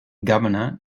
governor